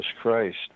Christ